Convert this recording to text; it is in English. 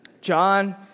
John